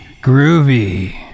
Groovy